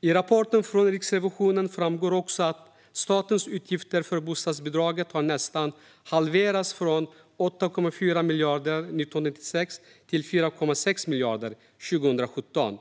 I rapporten från Riksrevisionen framgår också att statens utgifter för bostadsbidrag nästan har halverats från 8,4 miljarder 1996 till 4,6 miljarder 2017.